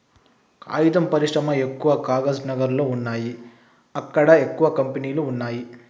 కాగితం పరిశ్రమ ఎక్కవ కాగజ్ నగర్ లో వున్నాయి అక్కడ ఎక్కువ కంపెనీలు వున్నాయ్